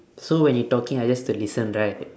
so when you talking I just to listen right